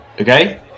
okay